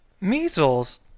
Measles